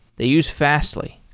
they use fastly.